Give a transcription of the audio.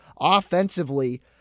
offensively